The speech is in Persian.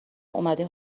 اومدیم